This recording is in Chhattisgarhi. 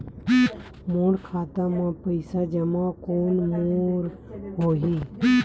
मोर खाता मा पईसा जमा कोन मेर होही?